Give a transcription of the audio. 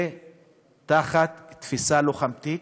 זה תחת תפיסה לוחמתית,